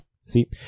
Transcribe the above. See